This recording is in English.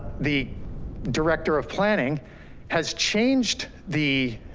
the director of planning has changed the